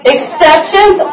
Exceptions